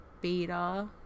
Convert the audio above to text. beta